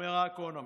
אומר האקונומיסט,